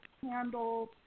candles